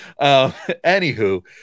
Anywho